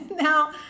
now